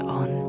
on